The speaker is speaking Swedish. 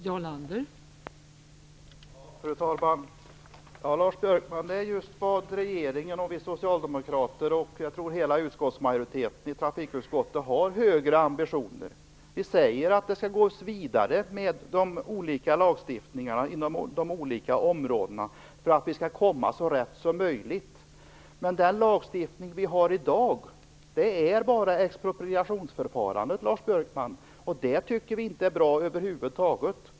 Fru talman! Jag tror, Lars Björkman, att regeringen, vi socialdemokrater och hela majoriteten i trafikutskottet har högre ambitioner. Vi säger att man skall gå vidare med lagstiftningarna inom de olika områdena för att komma så rätt som möjligt. Men den lagstiftning som vi i dag har innebär bara ett expropriationsförfarande, Lars Björkman, och vi tycker över huvud taget inte att det är bra.